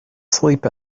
sleep